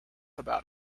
about